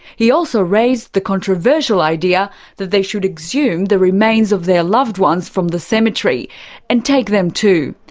he also raised the controversial idea that they should exhume the remains of their loved ones from the cemetery and take them too.